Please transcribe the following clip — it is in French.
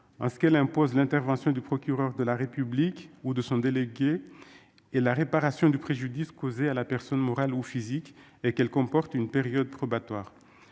en ce qu'elle impose l'intervention du procureur de la République ou de son délégué, ainsi que la réparation du préjudice causé à la personne morale ou physique, et qu'elle comporte une période probatoire.